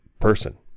person